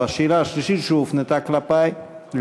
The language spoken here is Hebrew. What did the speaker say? או השאלה השלישית שהופנתה אלי,